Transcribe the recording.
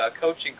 coaching